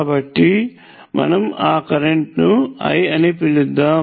కాబట్టి మనం ఆ కరెంట్ ను I అని పిలుద్దాము